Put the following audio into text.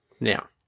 now